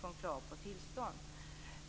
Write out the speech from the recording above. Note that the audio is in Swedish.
från krav på tillstånd.